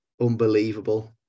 unbelievable